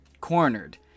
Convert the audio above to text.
cornered